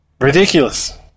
ridiculous